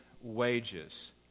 wages